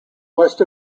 west